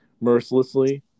mercilessly